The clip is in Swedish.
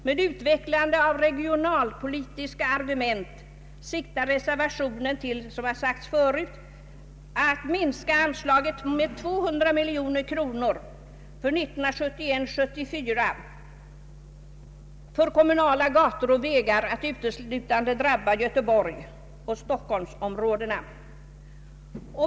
Med utvecklande av regionalpolitiska argument siktar reservationen till, som har sagts förut, att minska anslaget för 1971—1974 till kommunala gator och vägar med 200 miljoner kronor att uteslutande drabba Göteborgsoch Stockholmsområdena.